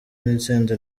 n’itsinda